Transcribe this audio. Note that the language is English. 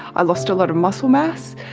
i lost a lot of muscle mass,